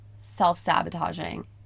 self-sabotaging